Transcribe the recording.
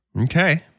Okay